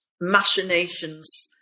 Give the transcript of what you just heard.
machinations